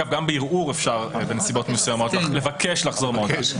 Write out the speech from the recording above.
גם בערעור אפשר בנסיבות מסוימות לבקש לחזור מהודאה.